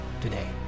today